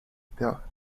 père